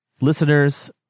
Listeners